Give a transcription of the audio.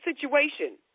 situation